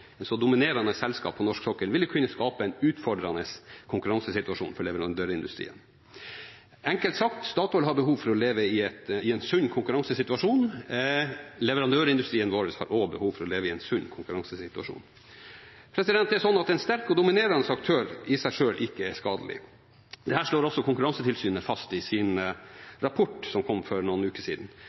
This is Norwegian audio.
så dominerende selskap på norsk sokkel ville kunne skape en utfordrende konkurransesituasjon for leverandørindustrien. Enkelt sagt: Statoil har behov for å leve i en sunn konkurransesituasjon. Leverandørindustrien vår har også behov for å leve i en sunn konkurransesituasjon. Det er sånn at en sterk og dominerende aktør i seg selv ikke er skadelig. Dette slår også Konkurransetilsynet fast i sin rapport som kom for noen uker siden.